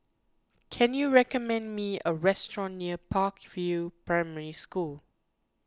can you recommend me a restaurant near Park View Primary School